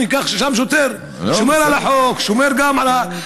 אני שם שוטר, שומר על החוק, שומר גם על הסדר.